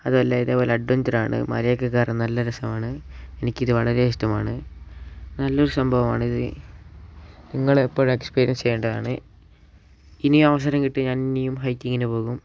അതുമല്ല ഇതേപോലെ അഡ്വഞ്ചർ ആണ് മലയൊക്കെ കയറാൻ നല്ല രസമാണ് എനിക്ക് ഇത് വളരെ ഇഷ്ടമാണ് നല്ല ഒരു സംഭവാണ് ഇത് നിങ്ങൾ എപ്പോഴും എക്സ്പീരിയൻസ് ചെയ്യേണ്ടതാണ് ഇനിയും അവസരം കിട്ടിയാൽ ഞാൻ ഇനിയും ഹൈക്കിങ്ങിന് പോകും